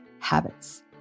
habits